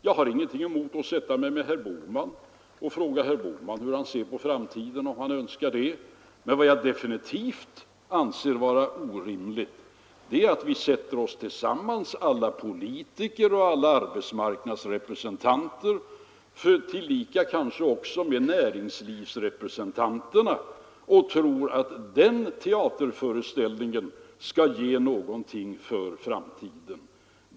Jag har ingenting emot att sätta mig ned med herr Bohman och fråga honom hur han ser på framtiden, om han önskar det. Men vad jag anser vara definitivt orimligt är att vi alla, politikerna, arbetsmarknadsrepresentanterna och kanske också näringslivsrepresentanterna, sätter oss ned tillsammans. Man skall inte tro att den teaterföreställningen skulle ge någonting för framtiden.